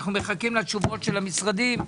אנו מחכים לתשובות המשרדים.